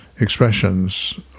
expressions